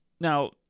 now